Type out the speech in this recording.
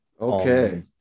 okay